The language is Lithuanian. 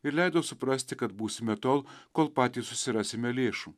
ir leido suprasti kad būsime tol kol patys susirasime lėšų